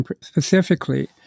specifically